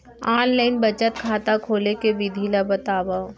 Online बचत खाता खोले के विधि ला बतावव?